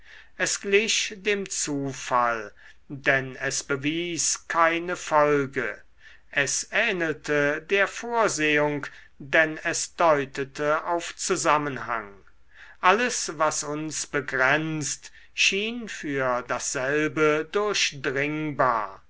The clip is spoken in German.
es glich dem zufall denn es bewies keine folge es ähnelte der vorsehung denn es deutete auf zusammenhang alles was uns begrenzt schien für dasselbe durchdringbar